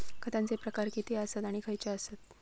खतांचे प्रकार किती आसत आणि खैचे आसत?